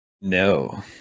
No